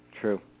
True